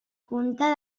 punta